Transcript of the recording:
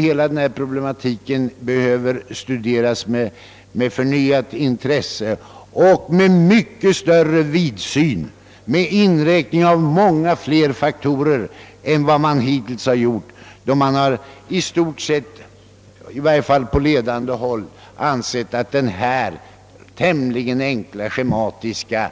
Hela detta problem behöver studeras med förnyat intresse, större vidsyn och inräkning av många fler faktorer i bilden än som hittills har skett, då man — i varje fall på ledande håll — ansett att denna täm ligen enkla schematiska